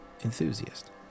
enthusiast